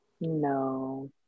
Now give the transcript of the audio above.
no